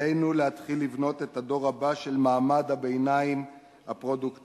עלינו להתחיל לבנות את הדור הבא של מעמד הביניים הפרודוקטיבי